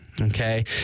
Okay